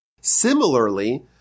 Similarly